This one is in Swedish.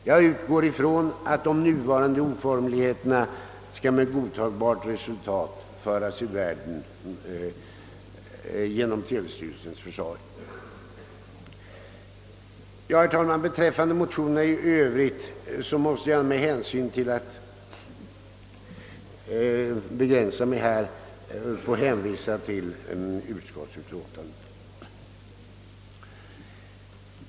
Jag utgår från att de nuvarande oformligheterna med godtagbart resultat skall föras ur världen genom telestyrelsens försorg. Herr talman! Beträffande motionerna i övrigt ber jag, med hänsyn till att jag måste begränsa min framställning, att få hänvisa till utskottets utlåtande.